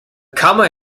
comma